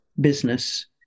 business